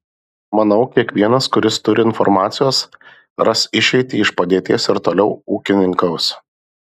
manau kiekvienas kuris turi informacijos ras išeitį iš padėties ir toliau ūkininkaus